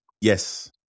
Yes